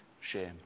shame